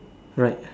right